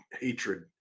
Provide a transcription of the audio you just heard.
hatred